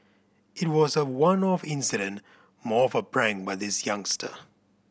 it was a one off incident more of a prank by this youngster